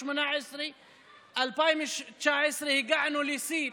2018. ב-2019 הגענו לשיא,